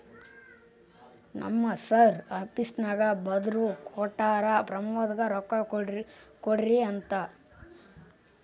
ನಮ್ ಸರ್ ಆಫೀಸ್ನಾಗ್ ಬರ್ದು ಕೊಟ್ಟಾರ, ಪ್ರಮೋದ್ಗ ರೊಕ್ಕಾ ಕೊಡ್ರಿ ಅಂತ್